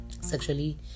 sexually